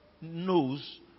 knows